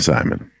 Simon